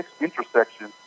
intersection